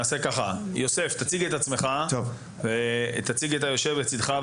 יוסף, תציג את עצמך ואת היושב לצידך.